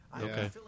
Okay